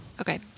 okay